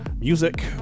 music